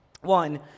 one